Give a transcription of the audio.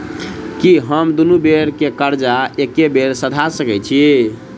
की हम दुनू बेर केँ कर्जा एके बेर सधा सकैत छी?